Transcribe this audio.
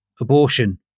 abortion